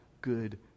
good